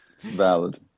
Valid